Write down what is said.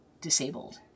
disabled